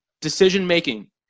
decision-making